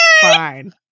Fine